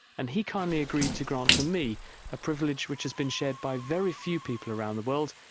and he kindly agreed to grant to me a privilege which has been shared by very few people around the world,